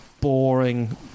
boring